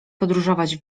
podróżować